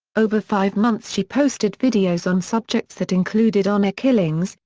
over five months she posted videos on subjects that included honour killings,